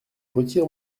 retire